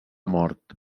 mort